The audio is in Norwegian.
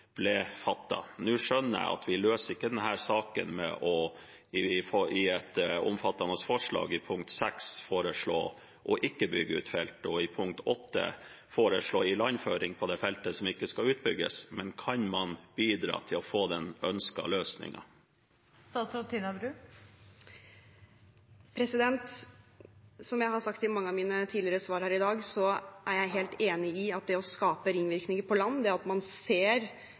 ble fattet. Jeg skjønner at vi ikke løser denne saken gjennom et omfattende representantforslag: I punkt nr. 6 i representantforslaget er det foreslått ikke å bygge ut feltet, og i punkt nr. 8 foreslås det ilandføring fra det feltet som ikke ønskes utbygd. Men kan man bidra til å få den ønskede løsningen? Som jeg har sagt i mange av mine tidligere svar her i dag, er jeg helt enig i at det å skape ringvirkninger på land, at man ser